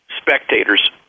spectators